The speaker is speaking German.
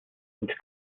und